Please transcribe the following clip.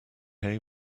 hay